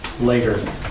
later